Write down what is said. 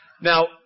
Now